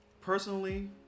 Personally